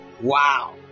Wow